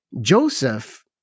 Joseph